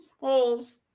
holes